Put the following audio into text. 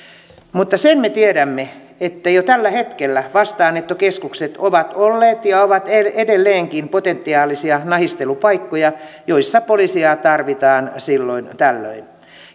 mutta sen me tiedämme että jo tällä hetkellä vastaanottokeskukset ovat olleet ja ovat edelleenkin potentiaalisia nahistelupaikkoja joissa poliiseja tarvitaan silloin tällöin